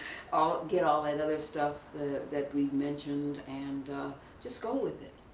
ah get all that other stuff that we mentioned and just go with it.